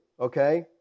Okay